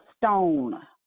stone